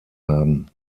haben